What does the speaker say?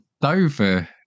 Dover